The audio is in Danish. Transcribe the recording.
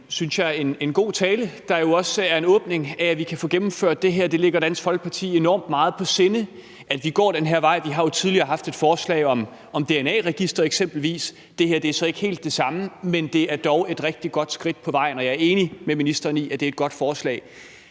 synes jeg, god tale, der jo også er en åbning for, at vi kan få gennemført det her. Det ligger Dansk Folkeparti enormt meget på sinde, at vi går den her vej. Vi har jo tidligere haft et forslag om dna-register, eksempelvis – det her er så ikke helt det samme, men det er dog et rigtig godt skridt på vejen, og jeg er enig med ministeren i, at det er et godt forslag.